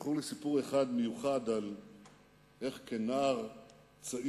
זכור לי סיפור אחד מיוחד על איך כנער צעיר